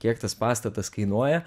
kiek tas pastatas kainuoja